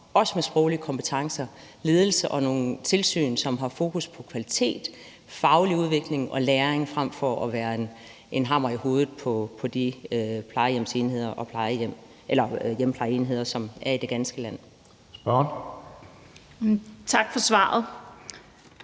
med sproglige kompetencer, ledelse og nogle tilsyn, som har fokus på kvalitet, faglig udvikling og læring frem for at være en hammer i hovedet på de plejehjem og hjemmeplejeenheder, som er i det ganske land.